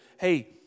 hey